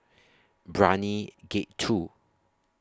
Brani Gate two